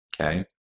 Okay